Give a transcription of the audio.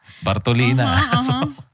Bartolina